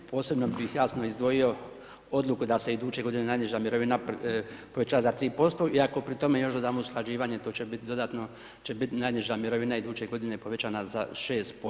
Posebno bih jasno izdvojio odluku da se iduće godine najniža mirova povećava za 3% i ako pri tome još dodamo usklađivanje, to će biti dodatno će biti najniža mirovina iduće godine povećana za 6%